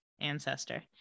ancestor